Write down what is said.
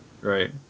Right